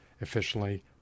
efficiently